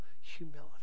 Humility